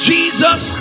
Jesus